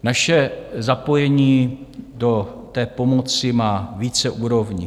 Naše zapojení do té pomoci má více úrovní.